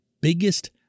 biggest